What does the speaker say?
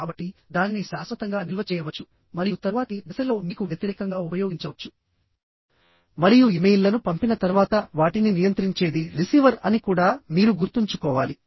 కాబట్టి దానిని శాశ్వతంగా నిల్వ చేయవచ్చు మరియు తరువాతి దశలో మీకు వ్యతిరేకంగా ఉపయోగించవచ్చు మరియు ఇమెయిల్లను పంపిన తర్వాత వాటిని నియంత్రించేది రిసీవర్ అని కూడా మీరు గుర్తుంచుకోవాలి